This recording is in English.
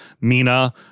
Mina